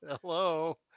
Hello